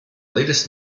latest